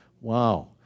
Wow